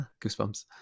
Goosebumps